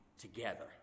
together